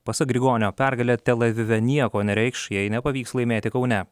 pasak grigonio pergalė telavive nieko nereikš jei nepavyks laimėti kaune